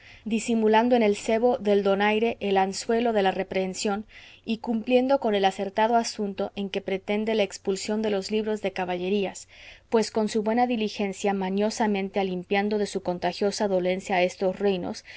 disimulando en el cebo del donaire el anzuelo de la reprehensión y cumpliendo con el acertado asunto en que pretende la expulsión de los libros de caballerías pues con su buena diligencia mañosamente alimpiando de su contagiosa dolencia a estos reinos